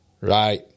right